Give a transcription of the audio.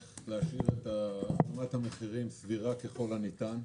להשאיר את רמת המחירים סבירה ככל הניתן,